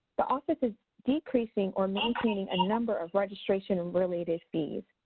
the office is decreasing or maintaining a number of registration related fees.